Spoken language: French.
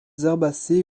herbacées